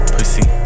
Pussy